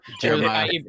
Jeremiah